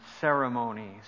ceremonies